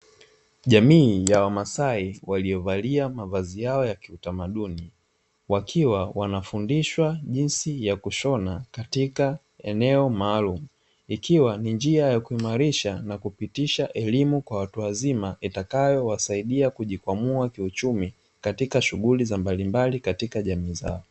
Jamii ya wamasai waliovalia mavazi yao ya kiutamaduni wakiwa wanafundishwa jinsi ya kushona katika eneo maalumu, ikiwa ni njia ya kuimarisha na kupitisha elimu kwa watu wazima itakayo wasaidia kujikwamua kiuchumi katika shughuli za mbalimbali katika jamii zao.